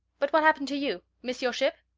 but what happened to you? miss your ship?